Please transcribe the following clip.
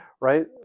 right